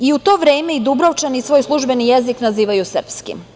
I u to vreme i Dubrovčani svoj službeni jezik nazivaju – srpski.